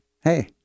hey